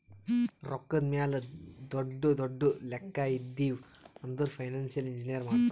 ರೊಕ್ಕಾದ್ ಮ್ಯಾಲ ದೊಡ್ಡು ದೊಡ್ಡು ಲೆಕ್ಕಾ ಇದ್ದಿವ್ ಅಂದುರ್ ಫೈನಾನ್ಸಿಯಲ್ ಇಂಜಿನಿಯರೇ ಮಾಡ್ತಾರ್